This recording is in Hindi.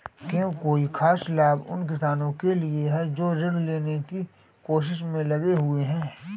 क्या कोई खास लाभ उन किसानों के लिए हैं जो ऋृण लेने की कोशिश में लगे हुए हैं?